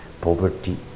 poverty